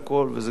וזה גם ברור,